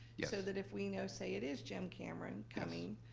yes. so that if we know, say it is jim cameron coming,